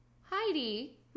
Heidi